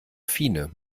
fine